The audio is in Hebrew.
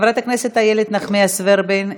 חברת הכנסת איילת נחמיאס ורבין,